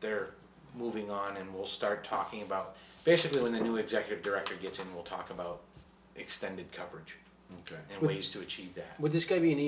they're moving on and we'll start talking about basically when the new executive director gets in we'll talk about extended coverage and ways to achieve that with this could be an